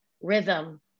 rhythm